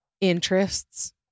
interests